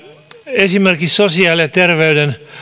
esimerkiksi sosiaali ja terveydenhuollon